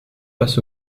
face